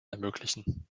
ermöglichen